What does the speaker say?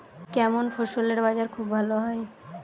কেমন ফসলের বাজার খুব ভালো হয়?